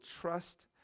trust